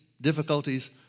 difficulties